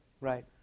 Right